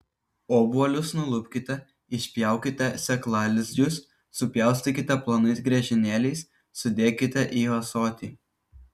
obuolius nulupkite išpjaukite sėklalizdžius supjaustykite plonais griežinėliais sudėkite į ąsotį